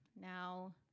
now